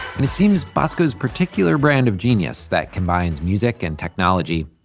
and it seems bosco's particular brand of genius that combines music and technology,